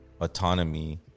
autonomy